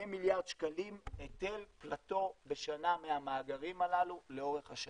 מיליארד שקלים היטל פלאטו בשנה מהמאגרים הללו לאורך השנים.